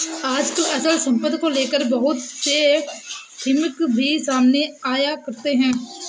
आजकल अचल सम्पत्ति को लेकर बहुत से मिथक भी सामने आया करते हैं